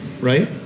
Right